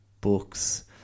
books